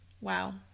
Wow